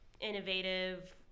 innovative